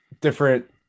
different